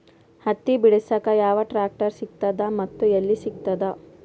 ಹತ್ತಿ ಬಿಡಸಕ್ ಯಾವ ಟ್ರಾಕ್ಟರ್ ಸಿಗತದ ಮತ್ತು ಎಲ್ಲಿ ಸಿಗತದ?